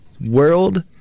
world